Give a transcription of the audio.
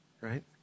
right